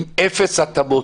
עם אפס התאמות.